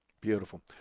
Beautiful